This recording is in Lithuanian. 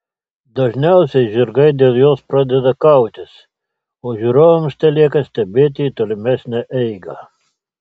dažniausiai žirgai dėl jos pradeda kautis o žiūrovams telieka stebėti tolimesnę eigą